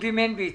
מנביץ,